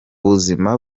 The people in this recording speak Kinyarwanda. buzima